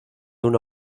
una